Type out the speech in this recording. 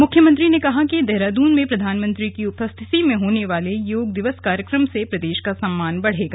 मुख्यमंत्री ने कहा कि देहरादून में प्रधानमंत्री की उपस्थिति में होने वाले योग दिवस कार्यक्रम से प्रदेश का सम्मान बढ़ेगा